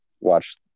watch